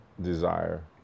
desire